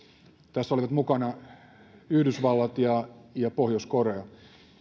tässä olivat mukana yhdysvallat ja ja pohjois korea